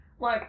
Look